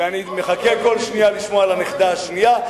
ואני מחכה כל שנייה לשמוע על הנכדה השנייה,